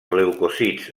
leucòcits